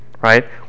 right